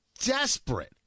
desperate